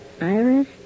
Iris